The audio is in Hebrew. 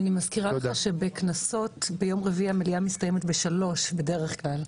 אני מזכירה לך שבכנסות ביום רביעי המליאות מסתיימות ב-15:00 בדרך כלל.